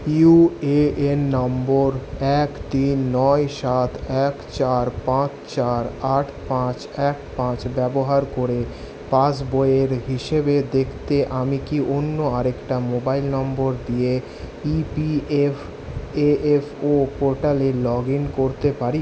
you A N নম্বর এক তিন নয় সাত এক চার পাঁচ চার আট পাঁচ এক পাঁচ ব্যবহার করে পাসবইয়ের হিসেব দেখতে আমি কি অন্য আরেকটা মোবাইল নম্বর দিয়ে E P F A F O পোর্টালে লগ ইন করতে পারি